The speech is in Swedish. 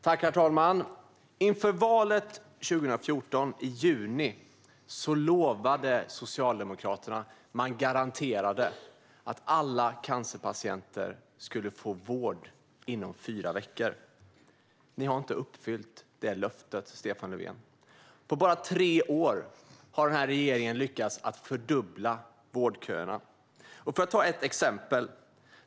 Herr talman! Inför valet 2014, i juni, lovade Socialdemokraterna - man garanterade - att alla cancerpatienter skulle få vård inom fyra veckor. Ni har inte uppfyllt det löftet, Stefan Löfven. På bara tre år har den här regeringen lyckats fördubbla vårdköerna. Jag ska ge ett exempel.